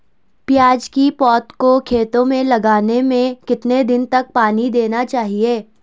प्याज़ की पौध को खेतों में लगाने में कितने दिन तक पानी देना चाहिए?